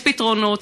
יש פתרונות,